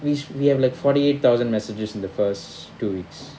these we have like forty eight thousand messages in the first two weeks